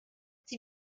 sie